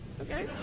Okay